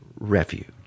Refuge